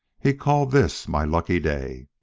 he called this my lucky day!